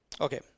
Okay